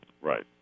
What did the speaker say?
Right